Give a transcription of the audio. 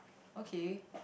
okay